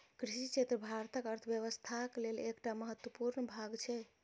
कृषि क्षेत्र भारतक अर्थव्यवस्थाक लेल एकटा महत्वपूर्ण भाग छै